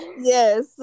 Yes